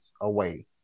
away